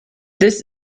this